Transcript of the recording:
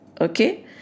okay